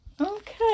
Okay